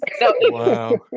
Wow